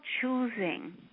choosing